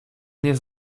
nie